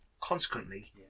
Consequently